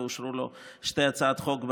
ואושרו לו שתי הצעות חוק,